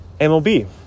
MLB